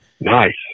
nice